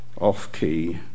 off-key